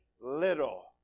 little